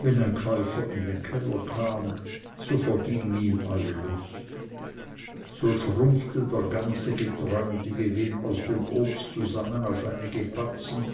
wenn ein käufer in den keller kam so verging ihm alle lust so schrumpfte der ganze geträumte gewinn aus dem obst zusammen auf einige batzen